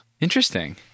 Interesting